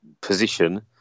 position